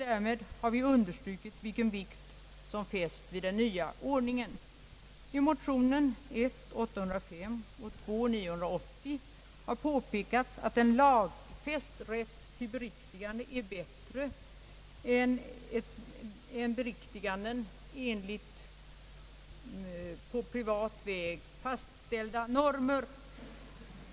Därmed har vi understrukit vilken vikt som fästs vid den nya ordningen. I motionerna nr I:805 och II:980 har påpekats att en lagfäst rätt till beriktigande är bättre än beriktiganden enligt på privat väg fastställda normer.